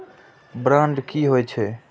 Bond की होई छै?